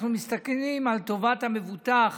על טובת המבוטח